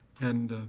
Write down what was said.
and,